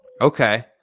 Okay